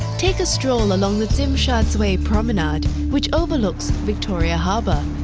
take a stroll along the tsim sha tsui promenade which overlooks victoria harbor,